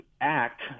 act